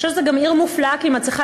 אני חושבת שזו עיר מופלאה גם כי היא מצליחה